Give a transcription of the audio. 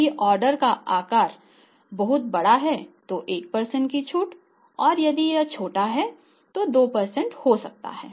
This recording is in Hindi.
यदि ऑर्डर का आकार बहुत बड़ा है तो 1 छूट और यदि यह छोटा है तो यह 2 हो सकता है